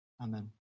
Amen